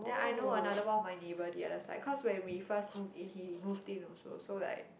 then I know another one my neighbour the other side because when we first move in he move in also so like